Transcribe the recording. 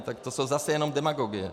Tak to jsou zase jenom demagogie.